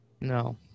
No